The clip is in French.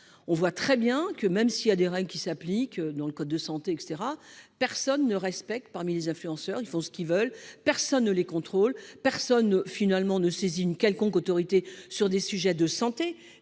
On voit très bien que même s'il a des règles qui s'appliquent dans le code de santé et caetera, personne ne respecte parmi les influenceurs, ils font ce qu'ils veulent. Personne ne les contrôle personne finalement ne saisit une quelconque autorité sur des sujets de santé